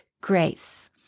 grace